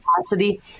capacity